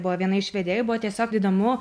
buvo viena iš vedėjų buvo tiesiog įdomu